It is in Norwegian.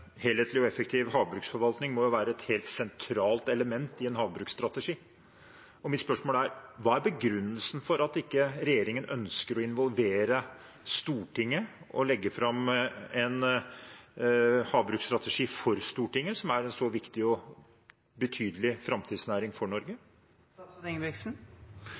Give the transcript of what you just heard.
helhetlig og effektiv havbruksforvaltning må være et helt sentralt element i en havbruksstrategi. Mitt spørsmål er: Hva er begrunnelsen for at regjeringen ikke ønsker å involvere Stortinget og legge fram en havbruksstrategi for Stortinget for en så viktig og betydelig framtidsnæring for